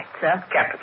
Capital